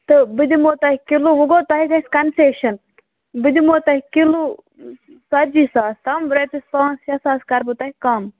تہٕ بہٕ دِہمو تۅہہِ کِلوٗ وۅنۍ گوٚو تۄہہِ گَژھِ کَنسیشَن بہٕ دِمہو تۄہہِ کِلوٗ ژَتجی ساس تام رۄپیَس پانٛژھ شےٚ ساس کرٕ بہٕ تۄہہِ کم